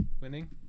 winning